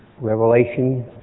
Revelation